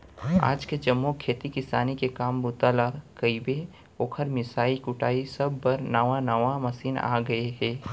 आज के जम्मो खेती किसानी के काम बूता ल कइबे, ओकर मिंसाई कुटई सब बर नावा नावा मसीन आ गए हे